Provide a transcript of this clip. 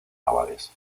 navales